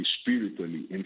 spiritually